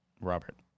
Robert